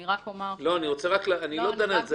אני רק אומר --- אני לא דן על זה,